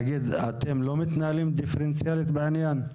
נניח אתם לא מתנהלים דיפרנציאלית בעניין?